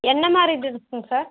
என்ன மாதிரி டிரெஸ்ஸுங்க சார்